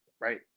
right